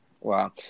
Wow